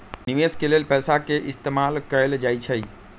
निवेश के लेल पैसा के इस्तमाल कएल जाई छई